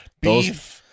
beef